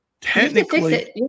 Technically